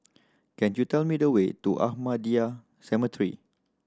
can you tell me the way to Ahmadiyya Cemetery